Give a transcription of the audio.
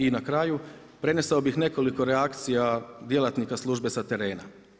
I na kraju, prenesao bih nekoliko reakcija djelatnika službe sa terena.